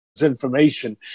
information